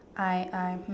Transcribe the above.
I I